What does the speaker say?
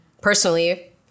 personally